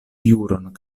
juron